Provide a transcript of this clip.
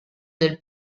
del